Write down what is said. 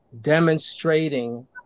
demonstrating